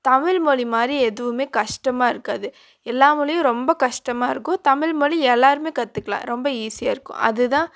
தமிழ்மொழி மாதிரி எதுவும் கஷ்டமாக இருக்காது எல்லா மொழியும் ரொம்ப கஷ்டமாக இருக்கும் தமிழ்மொழி எல்லோருமே கற்றுக்கலாம் ரொம்ப ஈஸியாக இருக்கும் அதுதான்